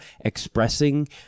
expressing